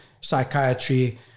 psychiatry